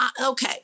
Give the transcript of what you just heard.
okay